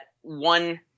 one